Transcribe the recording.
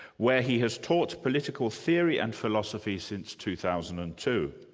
where he has taught political theory and philosophy since two thousand and two.